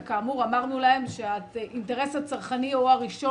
וכאמור אמרנו להם שהאינטרס הצרכני הוא הראשון